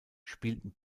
spielten